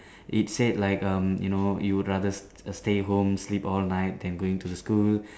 it said like um you know you would rather s~ stay home sleep all night than going to school